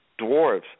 Dwarves